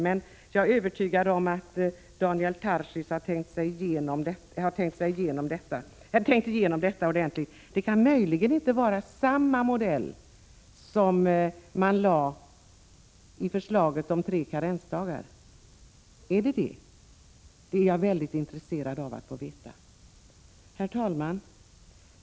Men jag är övertygad om att Daniel Tarschys har tänkt igenom detta ordentligt. Det kan möjligen inte vara samma modell som man hade i förslaget om tre karensdagar? Det är jag mycket intresserad av att få veta. Herr talman!